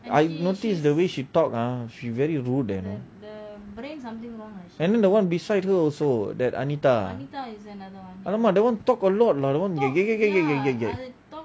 I notice the way she talk ah she very rude you know and then the one beside her also that Anita !alamak! that [one] talk a lot lah that [one]